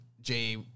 Jay